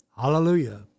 Hallelujah